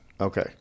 Okay